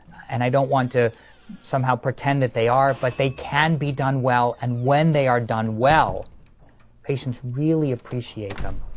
and i don't want to somehow pretend that they are, but they can be done well and when they are done well patients really appreciate them.